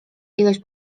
ilość